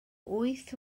wyth